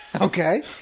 Okay